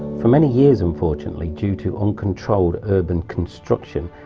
for many years, unfortunately, due to uncontrolled urban construction,